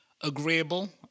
agreeable